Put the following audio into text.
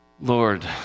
Lord